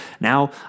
now